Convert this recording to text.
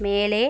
மேலே